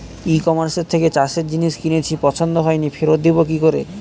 ই কমার্সের থেকে চাষের জিনিস কিনেছি পছন্দ হয়নি ফেরত দেব কী করে?